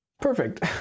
Perfect